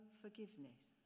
forgiveness